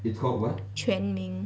全民